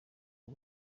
ubu